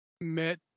met